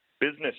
business